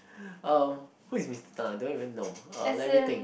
um who is Mister Tan ah I don't even know uh let me think